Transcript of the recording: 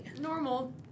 normal